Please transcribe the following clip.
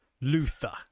luther